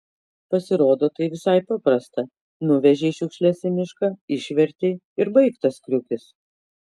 pasirodo tai visai paprasta nuvežei šiukšles į mišką išvertei ir baigtas kriukis